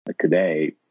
today